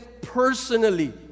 personally